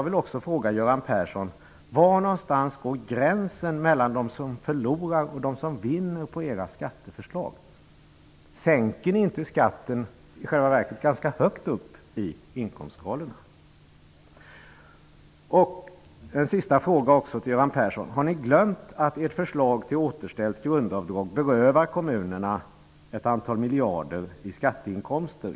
Var någonstans går gränsen mellan dem som förlorar och dem som vinner på era skatteförslag? Sänker ni inte i själva verket skatten för dem ganska högt upp i inkomstskalorna? Och har ni glömt att ert förslag till återställt grundavdrag berövar kommunerna ett antal miljarder i skatteinkomster?